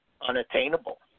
unattainable